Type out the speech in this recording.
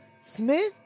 Smith